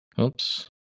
Oops